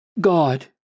God